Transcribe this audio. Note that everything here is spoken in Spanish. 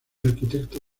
arquitecto